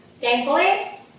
thankfully